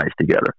together